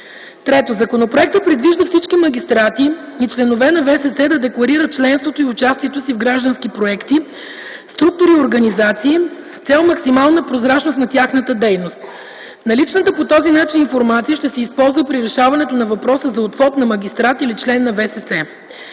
3. Законопроектът предвижда всички магистрати и членове на ВСС да декларират членството и участието си в граждански проекти, структури и организации с цел максимална прозрачност на тяхната дейност. Наличната по този начин информация ще се използва и при решаването на въпроса за отвод на магистрат или член на ВСС.